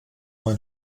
mein